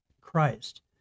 christ